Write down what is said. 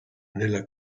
nella